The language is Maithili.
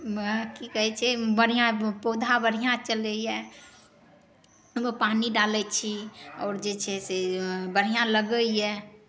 ओहिमे की कहै छै बढ़िऑं पौधा बढ़िऑं चलैए ओहिमे पानि डालै छी आओर जे छै से बढ़ियाँ लगैए